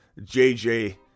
JJ